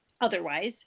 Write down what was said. otherwise